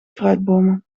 fruitbomen